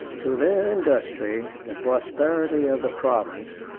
to their industry, the prosperity of the province,